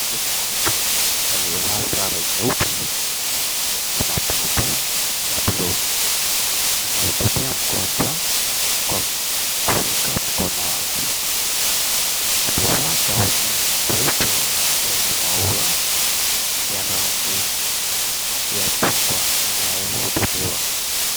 Muhudumu wa afya aliyevalia sare nyeupe yenye mapambo ya bluu anamhudumia mgonjwa kwa kushika mkono wake amevaa gauni nyeupe lenye maua ya rangi ya chungwa anahudumiwa.